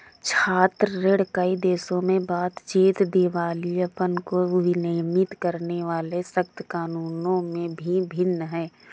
छात्र ऋण, कई देशों में बातचीत, दिवालियापन को विनियमित करने वाले सख्त कानूनों में भी भिन्न है